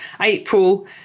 april